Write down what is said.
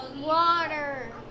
water